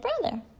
brother